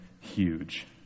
huge